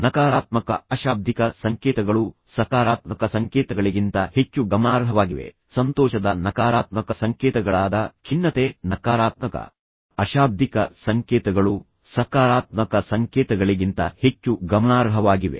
ನಕಾರಾತ್ಮಕ ಅಶಾಬ್ದಿಕ ಸಂಕೇತಗಳು ಸಕಾರಾತ್ಮಕ ಸಂಕೇತಗಳಿಗಿಂತ ಹೆಚ್ಚು ಗಮನಾರ್ಹವಾಗಿವೆ ಸಂತೋಷದ ನಕಾರಾತ್ಮಕ ಸಂಕೇತಗಳಾದ ಖಿನ್ನತೆ ನಕಾರಾತ್ಮಕ ಅಶಾಬ್ದಿಕ ಸಂಕೇತಗಳು ಸಕಾರಾತ್ಮಕ ಸಂಕೇತಗಳಿಗಿಂತ ಹೆಚ್ಚು ಗಮನಾರ್ಹವಾಗಿವೆ